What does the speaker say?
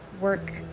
work